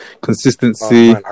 Consistency